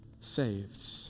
saved